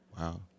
Wow